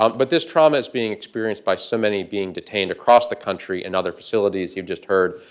um but this trauma is being experienced by so many being detained across the country. and other facilities, you've just heard,